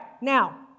now